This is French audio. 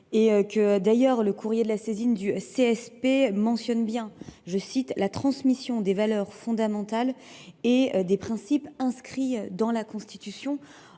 et que d'ailleurs le courrier de la Sésine du CSP mentionne bien, je cite, la transmission des valeurs fondamentales et des principes inscrits dans la Constitution.